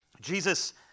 Jesus